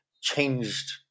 changed